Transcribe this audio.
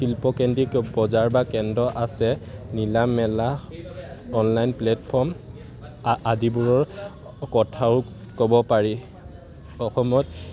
শিল্পকেন্দ্ৰ বজাৰ বা কেন্দ্ৰ আছে নিলাম মেলা অনলাইন প্লেটফৰ্ম আদিবোৰৰ কথাও ক'ব পাৰি অসমত